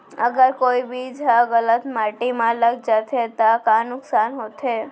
अगर कोई बीज ह गलत माटी म लग जाथे त का नुकसान होथे?